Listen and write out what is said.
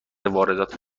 واردات